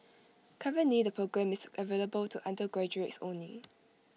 currently the programme is available to undergraduates only